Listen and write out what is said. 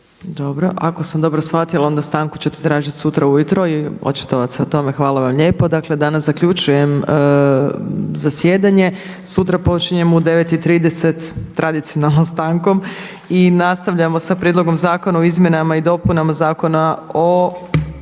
Dobro. Ako sam dobro shvatila onda stanku ćete tražiti sutra ujutro i očitovati se o tome. Hvala vam lijepo. Danas zaključujem zasjedanje. Sutra počinjemo u 9,30 tradicionalno stankom i nastavljamo sa Prijedlogom zakona o izmjenama i dopunama Zakona o